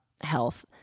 health